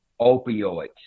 opioids